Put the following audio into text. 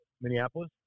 Minneapolis